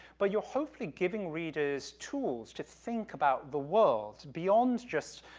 but you're hopefully giving readers tools to think about the world beyond just,